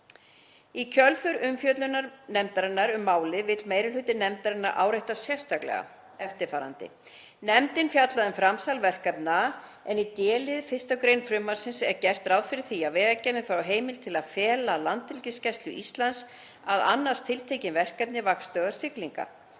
Í kjölfar umfjöllunar nefndarinnar um málið vill meiri hluti nefndarinnar árétta sérstaklega eftirfarandi: Nefndin fjallaði um framsal verkefna en í d-lið 1. gr. frumvarpsins er gert ráð fyrir því að Vegagerðin fái heimild til að fela Landhelgisgæslu Íslands að annast tiltekin verkefni vaktstöðvar siglinga.